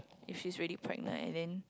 if sh's really pregnant and then